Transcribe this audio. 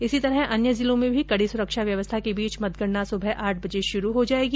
इसी तरह अन्य जिलों में भी कड़ी सुरक्षा व्यवस्था के बीच मतगणना सुबह आठ बजे शुरु होगी